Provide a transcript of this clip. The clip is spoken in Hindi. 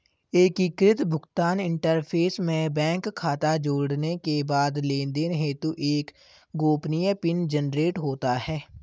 एकीकृत भुगतान इंटरफ़ेस में बैंक खाता जोड़ने के बाद लेनदेन हेतु एक गोपनीय पिन जनरेट होता है